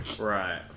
Right